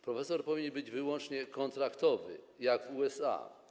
Profesor powinien być wyłącznie kontraktowy, jak w USA.